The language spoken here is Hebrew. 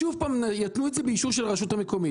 שוב פעם יתנו את זה באישור של הרשות המקומית.